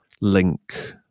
link